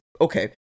Okay